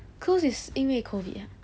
close is 因为 COVID ah